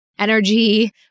energy